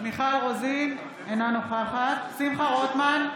רוזין, אינה נוכחת שמחה רוטמן,